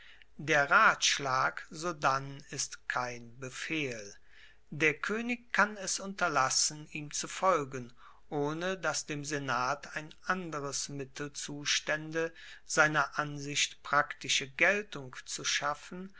der ratschlag sodann ist kein befehl der koenig kann es unterlassen ihm zu folgen ohne dass dem senat ein anderes mittel zustaende seiner ansicht praktische geltung zu schaffen